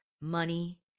money